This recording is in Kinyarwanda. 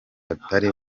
batari